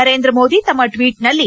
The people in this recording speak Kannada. ನರೇಂದ್ರ ಮೋದಿ ತಮ್ಮ ಟ್ವೀಟ್ನಲ್ಲಿ